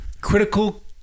critical